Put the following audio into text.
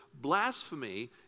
blasphemy